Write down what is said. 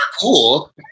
cool